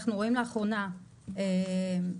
אנחנו רואים לאחרונה זליגה,